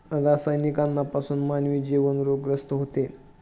रासायनिक अन्नापासून मानवी जीवन रोगग्रस्त होते